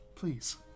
please